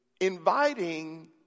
inviting